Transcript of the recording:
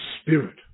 Spirit